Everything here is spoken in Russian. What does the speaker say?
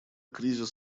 кризис